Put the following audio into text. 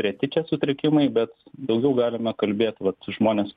reti čia sutrikimai bet daugiau galima kalbėt vat žmonės